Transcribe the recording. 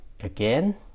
again